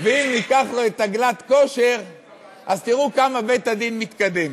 ואם ניקח לו את הגלאט-כשר אז תראו כמה בית-הדין מתקדם.